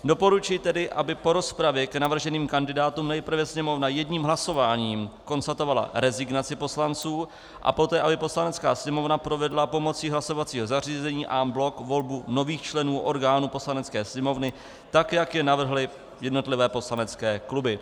Doporučuji tedy, aby po rozpravě k navrženým kandidátům nejprve Sněmovna jedním hlasováním konstatovala rezignaci poslanců a poté aby Poslanecká sněmovna provedla pomocí hlasovacího zařízení en bloc volbu nových členů orgánů Poslanecké sněmovny, tak jak je navrhly jednotlivé poslanecké kluby.